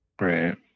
Right